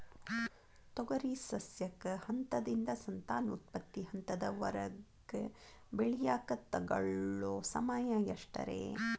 ತೊಗರಿ ಸಸ್ಯಕ ಹಂತದಿಂದ, ಸಂತಾನೋತ್ಪತ್ತಿ ಹಂತದವರೆಗ ಬೆಳೆಯಾಕ ತಗೊಳ್ಳೋ ಸಮಯ ಎಷ್ಟರೇ?